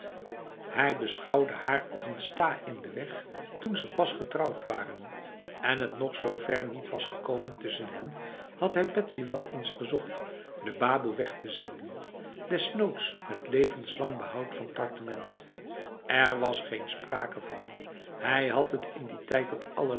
hij beschouwde haar als een sta in de weg toen ze pas getrouwd waren en het nog zo ver niet was gekomen tussen hen had hij betsy wel eens verzocht de baboe weg te zenden desnoods met levenslang behoud van traktement er was geen sprake van hij had het in die tijd op